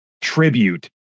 tribute